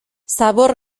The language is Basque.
zabor